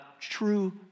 true